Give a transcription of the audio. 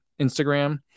Instagram